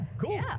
Cool